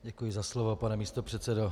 Děkuji za slovo, pane místopředsedo.